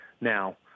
Now